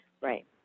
Right